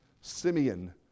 Simeon